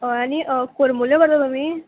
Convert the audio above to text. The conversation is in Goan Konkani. आनी होय कोरमुल्यो बरो तुमी